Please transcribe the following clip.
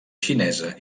xinesa